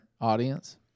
Audience